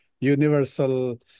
universal